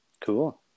Cool